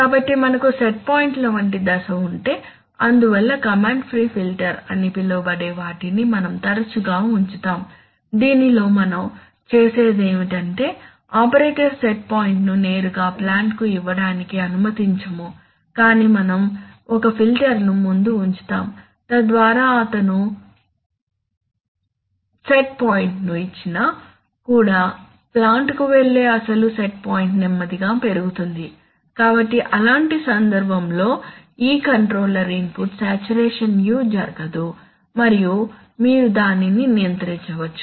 కాబట్టి మనకు సెట్ పాయింట్ల వంటి దశ ఉంటే అందువల్ల కమాండ్ ప్రీ ఫిల్టర్ అని పిలవబడే వాటిని మనం తరచుగా ఉంచుతాము దీనిలో మనం చేసేది ఏమిటంటే ఆపరేటర్ సెట్పాయింట్ను నేరుగా ప్లాంట్కు ఇవ్వడానికి అనుమతించము కాని మేము ఒక ఫిల్టర్ను ముందు ఉంచుతాము తద్వారా అతను సెట్ పాయింట్ను ఇచ్చినా కూడా ప్లాంట్కు వెళ్లే అసలు సెట్ పాయింట్ నెమ్మదిగా పెరుగుతుంది కాబట్టి అలాంటి సందర్భంలో ఈ కంట్రోల్ ఇన్పుట్ సాచురేషన్ u జరగదు మరియు మీరు దానిని నియంత్రించవచ్చు